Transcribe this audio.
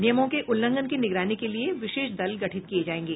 नियमों के उल्लंघन की निगरानी के लिए विशेष दल गठित किये जायेंगे